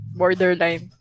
borderline